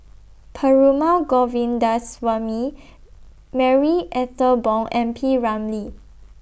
Perumal Govindaswamy Marie Ethel Bong and P Ramlee